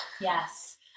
Yes